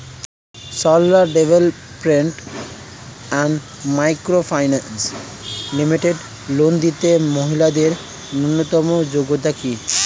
Sarala development and micro finance limited loan নিতে মহিলাদের ন্যূনতম যোগ্যতা কী?